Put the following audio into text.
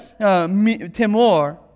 temor